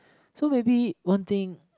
so maybe one thing